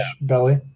belly